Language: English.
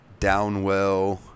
Downwell